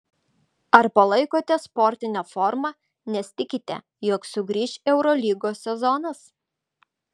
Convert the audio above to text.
ar palaikote sportinę formą nes tikite jog sugrįš eurolygos sezonas